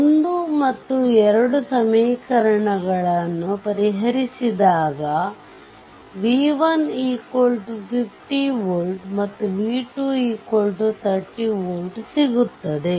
1 ಮತ್ತು 2 ಸಮೀಕರಣಗಳನ್ನು ಪರಿಹರಿಸಿಹಾರಿಸಿದಾಗ v1 50v ಮತ್ತು v2 30 volt ಸಿಗುತ್ತದೆ